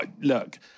look